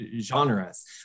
genres